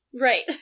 right